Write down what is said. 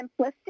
simplistic